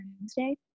Wednesday